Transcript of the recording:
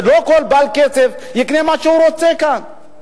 שלא כל בעל כסף יקנה מה שהוא רוצה כאן.